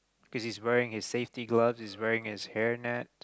cause he's wearing his safety gloves he's wearing his hair net